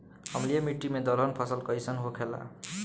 अम्लीय मिट्टी मे दलहन फसल कइसन होखेला?